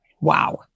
Wow